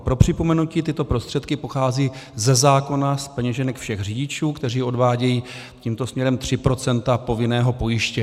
Pro připomenutí, tyto prostředky pocházejí ze zákona z peněženek všech řidičů, kteří odvádějí tímto směrem tři procenta povinného pojištění.